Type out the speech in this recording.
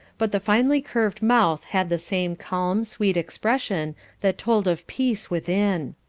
but the finely-curved mouth had the same calm, sweet expression that told of peace within.